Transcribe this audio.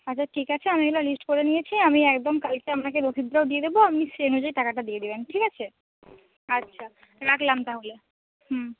আচ্ছা ঠিক আছে আমি এগুলো লিস্ট করে নিয়েছি আমি একদম কালকে আপনাকে রসিদগুলোও দিয়ে দেবো আপনি সেই অনুযায়ী টাকাটা দিয়ে দেবেন ঠিক আছে আচ্ছা রাখলাম তাহলে হুম